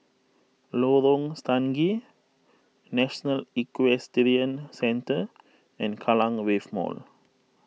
Lorong Stangee National Equestrian Centre and Kallang Wave Mall